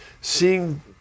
seeing